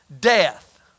death